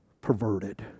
perverted